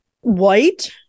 White